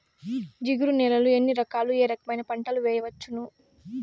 జిగురు నేలలు ఎన్ని రకాలు ఏ రకమైన పంటలు వేయవచ్చును?